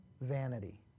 vanity